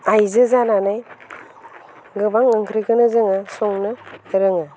आइजो जानानै गोबां ओंख्रिखौनो जोङो संनो रोङो